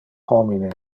homine